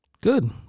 Good